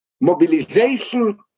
Mobilization